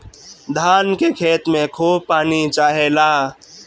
धान के खेत में खूब पानी चाहेला